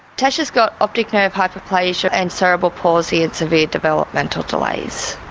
tasha's got optic nerve hyperplasia and cerebral palsy and severe developmental delays.